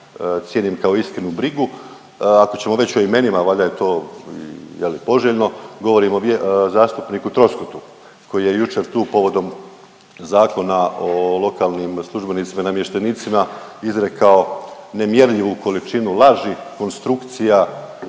cijenim kao iskrenu brigu. Ako ćemo već o imenima valjda je to je li poželjno. Govorim o zastupniku Troskotu koji je jučer tu povodom Zakona o lokalnim službenicima i namještenicima izrekao nemjerljivu količinu laži, konstrukcija